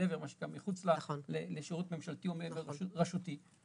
מחוץ לשירות ממשלתי או מחוץ לשירות רשותי,